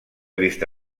vista